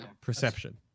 perception